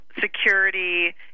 security